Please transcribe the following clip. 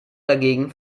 dagegen